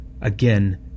again